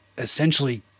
Essentially